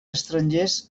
estrangers